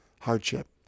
hardship